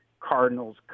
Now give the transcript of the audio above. cardinals